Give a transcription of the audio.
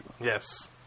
Yes